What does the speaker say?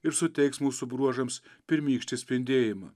ir suteiks mūsų bruožams pirmykštį spindėjimą